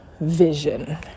vision